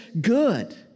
good